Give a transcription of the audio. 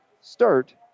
start